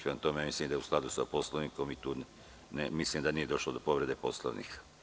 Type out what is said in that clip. Prema tome, mislim da je u skladu sa Poslovnikom i mislim da nije došlo do povrede Poslovnika.